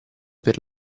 per